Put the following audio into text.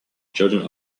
children